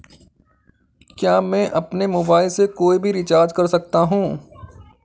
क्या मैं अपने मोबाइल से कोई भी रिचार्ज कर सकता हूँ?